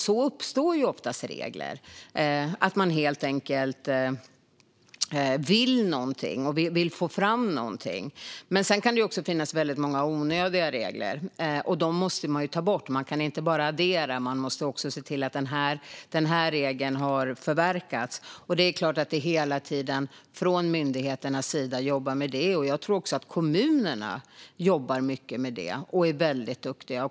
Så uppstår oftast regler - genom att man helt enkelt vill någonting och vill få fram någonting. Men sedan kan det också finnas väldigt många onödiga regler, och dem måste man ta bort. Man kan inte bara addera, utan man måste också se att vissa regler har tjänat ut. Det är klart att man hela tiden från myndigheternas sida jobbar med det. Jag tror också att kommunerna jobbar mycket med det här och är väldigt duktiga.